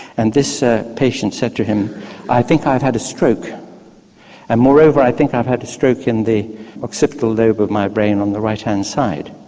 and this ah patient said to him i think i've had a stroke and moreover i think i've had a stroke in the occipital lobe of my brain on the right hand side.